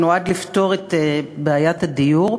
הוא נועד לפתור את בעיית הדיור.